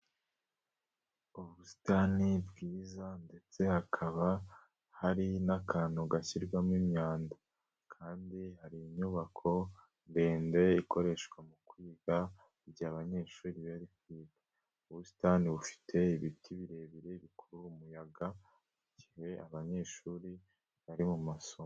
Ubusitani bwiza ndetse hakaba hari n'akantu gashyirwamo imyanda kandi hari inyubako ndende ikoreshwa mu kwiga, igihe abanyeshuri bari kwiga, ubusitani bufite ibiti birebire, bikuru umuyaga, mu gihe abanyeshuri bari mu masomo.